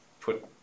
put